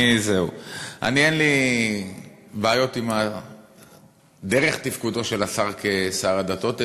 אין לי בעיות עם דרך תפקודו של השר כשר הדתות,